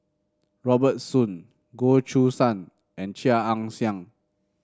Robert Soon Goh Choo San and Chia Ann Siang